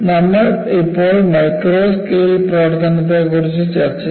നമ്മൾ ഇപ്പോൾ micro scale പ്രവർത്തനത്തെക്കുറിച്ച് ചർച്ച ചെയ്യുന്നു